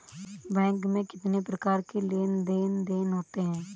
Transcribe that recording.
Bank में कितनी प्रकार के लेन देन देन होते हैं?